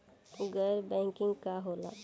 गैर बैंकिंग का होला?